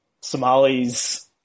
Somalis